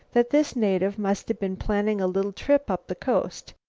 that this native must have been planning a little trip up the coast,